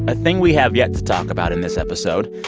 ah thing we have yet to talk about in this episode,